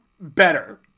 Better